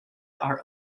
are